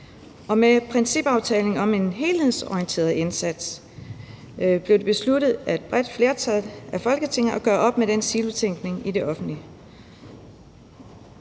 med principaftalen om en helhedsorienteret indsats blev det besluttet af et bredt flertal i Folketinget at gøre op med den silotænkning i det offentlige.